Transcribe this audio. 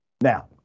Now